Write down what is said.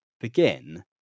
begin